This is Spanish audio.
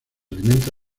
alimenta